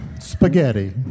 Spaghetti